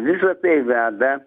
visa tai veda